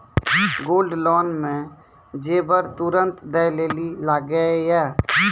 Gold loan मे जेबर तुरंत दै लेली लागेया?